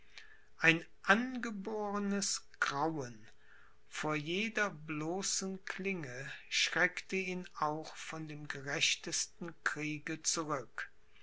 ein angebornes grauen vor jeder bloßen klinge schreckte ihn auch von dem gerechtesten kriege zurück